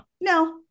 No